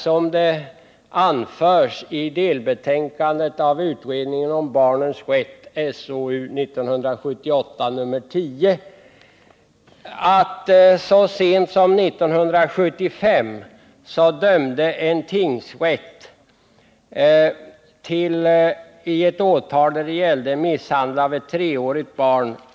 Som anförs i delbetänkandet i utredningen om barnens rätt, SOU 1978:10, ogillades så sent som 1975 talan vid en tingsrätt i ett mål som gällde misshandel av ett treårigt barn.